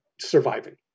surviving